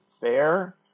fair